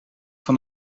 van